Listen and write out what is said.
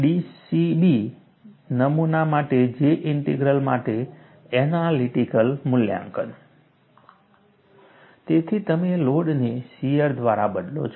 DCB નમૂના માટે J integral માટે એનાલિટિકલી મૂલ્યાંકન તેથી તમે આ લોડને શિયર દ્વારા બદલો